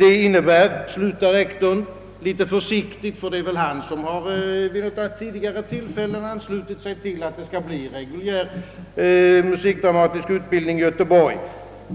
Det innebär, slutar rektorn — litet försiktigt, ty det är väl han som tidigare har anslutit sig till förslaget om reguljär musikdramatisk utbildning i Göteborg —